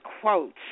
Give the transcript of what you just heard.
quotes